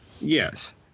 Yes